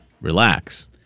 relax